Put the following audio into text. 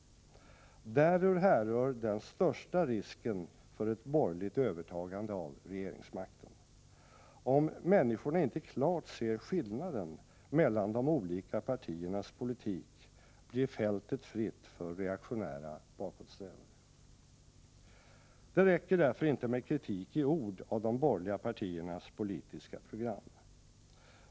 Därur härrör den största risken för ett borgerligt övertagande av regeringsmakten. Om människorna inte klart ser skillnaden mellan de olika partiernas politik blir fältet fritt för reaktionära bakåtsträvare. Det räcker därför inte med kritik i ord av de borgerliga partiernas politiska program.